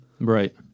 Right